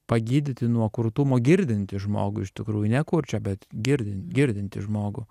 pagydyti nuo kurtumo girdintį žmogų iš tikrųjų ne kurčią bet girdin girdintį žmogų